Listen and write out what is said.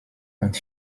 und